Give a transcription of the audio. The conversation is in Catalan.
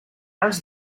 els